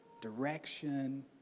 direction